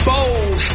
Bold